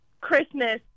christmas